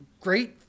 Great